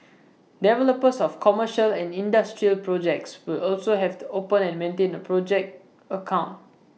developers of commercial and industrial projects will also have to open and maintain A project account